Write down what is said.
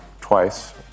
twice